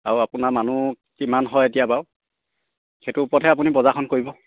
আৰু আপোনাৰ মানুহ কিমান হয় এতিয়া বাৰু সেইটো ওপৰতহে আপুনি বজাৰখন কৰিব